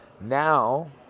Now